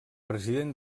president